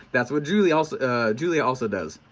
that's what julia also julia also does.